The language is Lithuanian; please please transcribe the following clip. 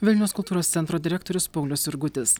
vilniaus kultūros centro direktorius paulius jurgutis